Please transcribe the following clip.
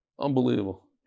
Unbelievable